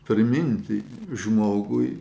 priminti žmogui